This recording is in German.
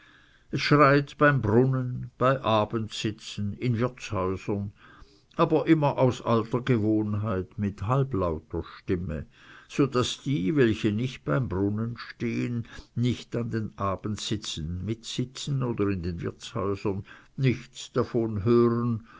schreit beim brunnen beim abendsitzen in wirtshäusern aber immer aus alter gewohnheit mit halblauter stimme so daß die welche nicht beim brunnen stehen nicht an den abendsitzen mit sitzen oder in den wirtshäusern nichts davon hören